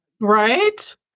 Right